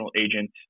agent